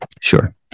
Sure